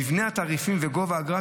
מבנה התעריפים וגובה האגרה,